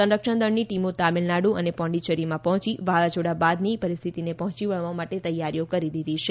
સંરક્ષણ દળની ટીમો તમીલનાડુ અને પોંડીચેરીમાં પહોંચી વાવાઝોડા બાદની પરિસ્થિતિને પહોંચી વળવા તૈયારીઓ કરી દીધી છે